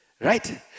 Right